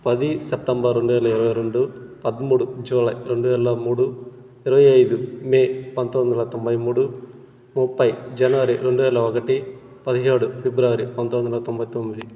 పది సెప్టెంబర్ రెండు వేల ఇరవై రెండు పదమూడు జూలై రెండు వేల మూడు ఇరవై ఐదు మే పంతొమ్మిది వందల తొంభై మూడు ముప్పై జనవరి రెండు వేల ఒకటి పదిహేడు ఫిబ్రవరి పంతొమ్మిది వందల తొంభై తొమ్మిది